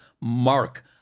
mark